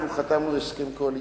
אנחנו חתמנו הסכם קואליציוני,